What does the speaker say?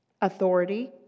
authority